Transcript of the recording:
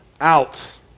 out